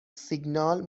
سیگنال